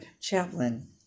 chaplain